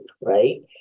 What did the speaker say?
right